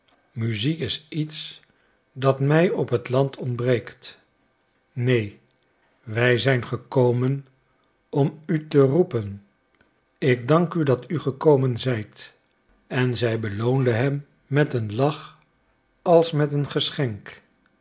muziek is iets dat mij op het land ontbreekt neen wij zijn gekomen om u te roepen ik dank u dat u gekomen zijt en zij beloonde hem met een lach als met een geschenk